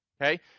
Okay